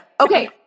Okay